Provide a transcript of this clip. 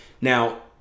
Now